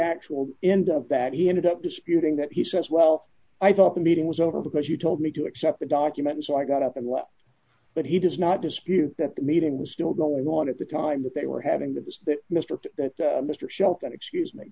actual end of that he ended up disputing that he says well d i thought the meeting was over because you told me to accept the document so i got up and left but he does not dispute that the meeting was still going on at the time that they were having that was that mr that mr shelton excuse me